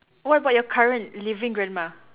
what about your current living grandma